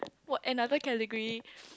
what another category